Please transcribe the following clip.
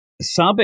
Sabe